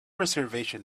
reservation